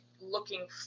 looking